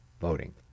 voting